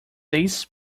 this